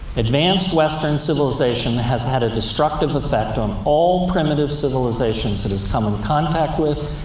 advanced western civilization has had a destructive effect on all primitive civilizations it has come in contact with,